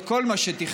את כל מה שתכננו,